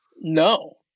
No